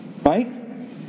right